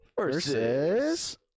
versus